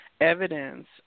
evidence